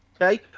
okay